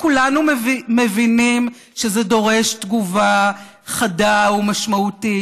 כולנו מבינים שזה דורש תגובה חדה ומשמעותית,